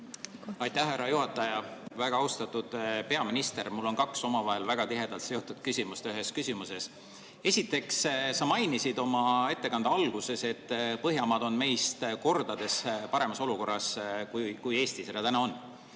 Aitäh, härra juhataja! Väga austatud peaminister! Mul on kaks omavahel väga tihedalt seotud küsimust ühes küsimuses. Esiteks, sa mainisid oma ettekande alguses, et Põhjamaad on meist kordades paremas olukorras. Kas sa kordaksid